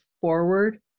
forward